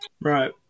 Right